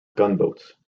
gunboats